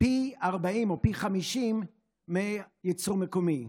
פי 40 או פי 50 מייצור מקומי.